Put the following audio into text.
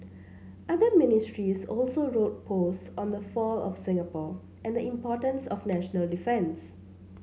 other Ministers also wrote posts on the fall of Singapore and importance of national defence